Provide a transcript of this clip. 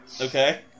Okay